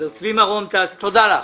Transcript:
תודה לך.